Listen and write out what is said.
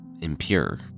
impure